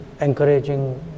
encouraging